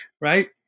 right